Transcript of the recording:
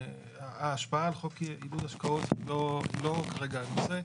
ההשפעה על חוק עידוד השקעות לא נוגעת לזה.